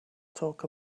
talk